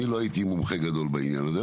אני לא הייתי מומחה גדול בעניין הזה,